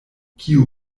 kiu